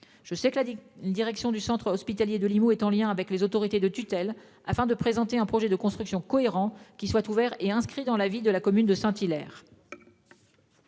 Je sais que la direction du centre est en lien avec les autorités de tutelle afin de présenter un projet de reconstruction cohérent, qui soit ouvert et inscrit dans la vie de la commune de Saint-Hilaire.